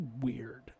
weird